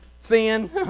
sin